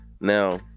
now